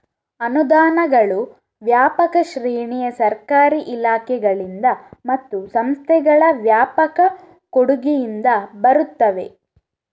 ಅನುದಾನಗಳು ವ್ಯಾಪಕ ಶ್ರೇಣಿಯ ಸರ್ಕಾರಿ ಇಲಾಖೆಗಳಿಂದ ಮತ್ತು ಸಂಸ್ಥೆಗಳ ವ್ಯಾಪಕ ಕೊಡುಗೆಯಿಂದ ಬರುತ್ತವೆ